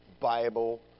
Bible